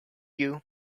you